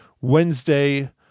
Wednesday